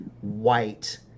white